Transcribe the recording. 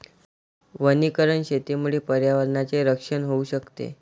वनीकरण शेतीमुळे पर्यावरणाचे रक्षण होऊ शकते